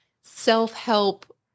self-help